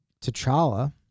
T'Challa